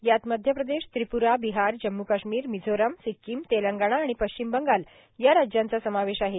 यात मध्यप्रदेश त्रिप्रा बिहार जम्म् कश्मीर मिझोराम सिक्कीम तेलंगणा आणि पश्चिम बंगाल या राज्यांचा समावेश आहे